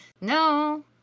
No